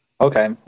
okay